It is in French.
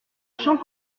champ